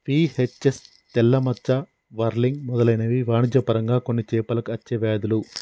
VHS, తెల్ల మచ్చ, whirling మెదలైనవి వాణిజ్య పరంగా కొన్ని చేపలకు అచ్చే వ్యాధులు